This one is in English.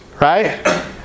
right